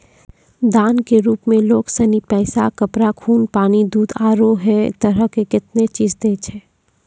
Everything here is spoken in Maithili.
दान के रुप मे लोग सनी पैसा, कपड़ा, खून, पानी, दूध, आरु है तरह के कतेनी चीज दैय छै